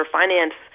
finance